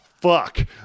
fuck